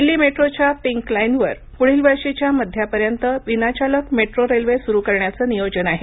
दिल्ली मेट्रोच्या पिंक लाईनवर पुढील वर्षीच्या मध्यापर्यंत विनाचालक मेट्रो रेल्वे सुरू करण्याचं नियोजन आहे